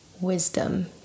wisdom